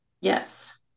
Yes